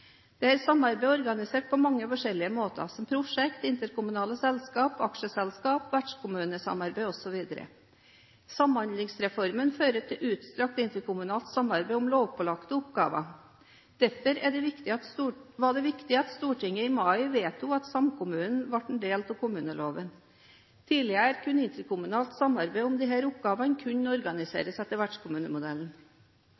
samarbeidet er organisert på mange forskjellige måter, som prosjekter, interkommunale selskaper, aksjeselskaper, vertskommunesamarbeid osv. Samhandlingsreformen fører til utstrakt interkommunalt samarbeid om lovpålagte oppgaver. Derfor var det viktig at Stortinget i mai vedtok at samkommunen ble en del av kommuneloven. Tidligere kunne interkommunalt samarbeid om disse oppgavene